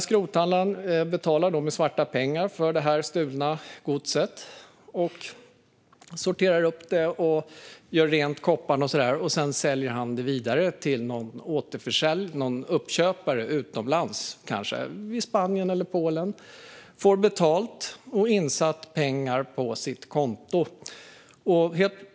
Skrothandlaren betalar det stulna godset med svarta pengar, sorterar upp det och gör rent kopparn. Sedan säljer han godset vidare till en uppköpare utomlands, kanske i Spanien eller Polen, och får betalt och pengar insatta på sitt konto.